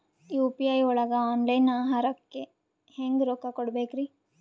UPI ಒಳಗ online ಆಹಾರಕ್ಕೆ ಹೆಂಗ್ ರೊಕ್ಕ ಕೊಡಬೇಕ್ರಿ?